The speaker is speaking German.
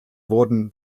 wurden